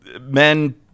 Men